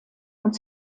und